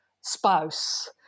spouse